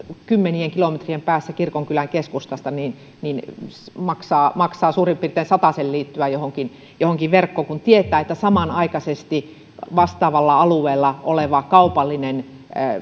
kymmenien kilometrien päässä kirkonkylän keskustasta maksaa maksaa suurin piirtein satasen liittyä johonkin johonkin verkkoon kun tietää että samanaikaisesti vastaavalla alueella oleva kaupallinen